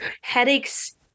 Headaches